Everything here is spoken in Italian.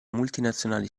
multinazionali